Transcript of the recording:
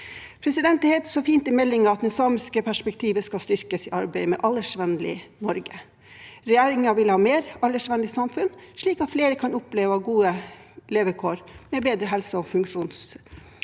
behov. Det heter så fint i meldingen at det samiske perspektivet skal styrkes i arbeidet med et aldersvennlig Norge. Regjeringen vil ha et mer aldersvennlig samfunn, slik at flere kan oppleve å ha gode levekår med bedre helse og funksjonsmuligheter.